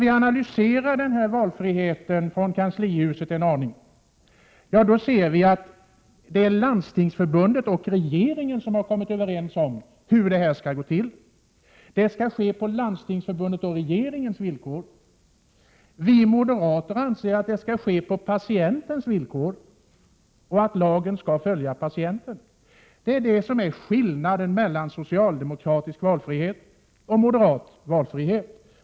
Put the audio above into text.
En analys av denna från kanslihuset deklarerade valfrihet ger vid handen att det är Landstingsförbundet och regeringen som har kommit överens om hur det skall gå till. Det skall ske på deras villkor. Vi moderater anser att det skall ske på patienternas villkor och att lagen skall utformas efter deras önskemål. Det är skillnaden mellan socialdemokratisk och moderat valfrihet.